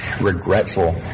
regretful